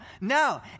No